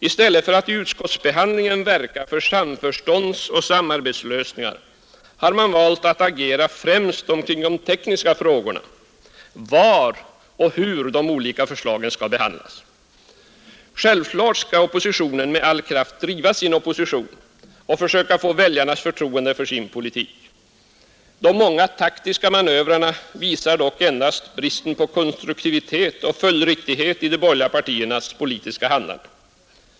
I stället för att i utskottsbehandlingen verka för samförståndsoch samarbetslösningar har man valt att agera främst omkring de tekniska frågorna om var och hur de olika förslagen skall behandlas. Självklart skall oppositionspartierna med all kraft driva sin opposition och försöka få väljarnas förtroende för sin politik. De mänga taktiska manövrerna visar dock endast bristen på konstruktivitet och följdriktighet i de borgerliga partiernas politiska handlande.